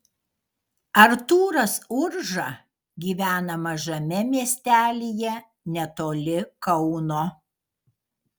artūras urža gyvena mažame miestelyje netoli kauno